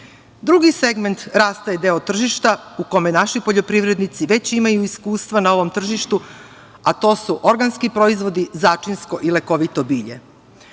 segment rasta je deo tržišta u kojima naši poljoprivrednici već imaju iskustva na ovom tržištu, a to su organski proizvodi, začinsko i lekovito bilje. Ono